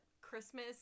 Christmas